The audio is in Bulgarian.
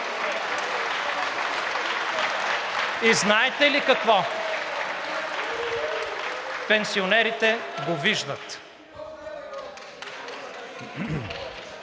И знаете ли какво? Пенсионерите го виждат!